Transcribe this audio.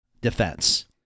defense